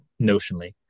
notionally